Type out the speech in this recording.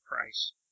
price